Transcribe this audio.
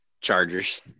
Chargers